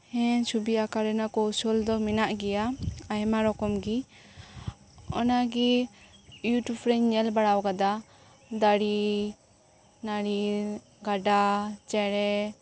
ᱦᱮᱸ ᱪᱷᱚᱵᱤ ᱟᱸᱠᱟᱣ ᱨᱮᱭᱟᱜ ᱠᱚᱣᱥᱚᱞ ᱫᱚ ᱢᱮᱱᱟᱜ ᱜᱮᱭᱟ ᱟᱭᱢᱟ ᱨᱚᱠᱚᱢ ᱜᱮ ᱚᱱᱟᱜᱮ ᱤᱭᱩ ᱴᱤᱭᱩᱵᱽ ᱨᱮᱧ ᱧᱮᱞ ᱵᱟᱲᱟ ᱟᱠᱟᱫᱟ ᱫᱟᱨᱮ ᱱᱟᱹᱲᱤ ᱜᱟᱰᱟ ᱪᱮᱬᱮ